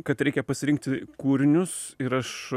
kad reikia pasirinkti kūrinius ir aš